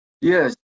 Yes